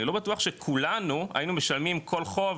אני לא בטוח שכולנו היינו משלמים כל חוב,